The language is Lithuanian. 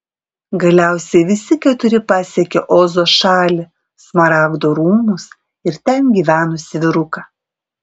galiausiai visi keturi pasiekė ozo šalį smaragdo rūmus ir ten gyvenusį vyruką